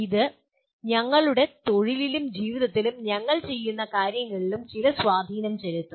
ഇത് ഞങ്ങളുടെ തൊഴിലിലും ജീവിതത്തിലും ഞങ്ങൾ ചെയ്യുന്ന കാര്യങ്ങളിൽ ചില സ്വാധീനം ചെലുത്തും